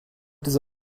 diese